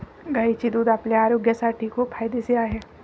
गायीचे दूध आपल्या आरोग्यासाठी खूप फायदेशीर आहे